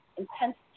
intense